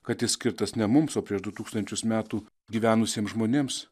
kad jis skirtas ne mums o prieš du tūkstančius metų gyvenusiems žmonėms